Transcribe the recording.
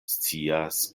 scias